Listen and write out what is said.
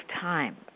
time